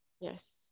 Yes